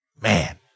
man